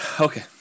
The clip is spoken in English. Okay